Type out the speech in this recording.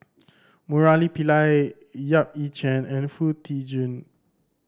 Murali Pillai Yap Ee Chian and Foo Tee Jun